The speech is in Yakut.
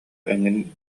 эҥин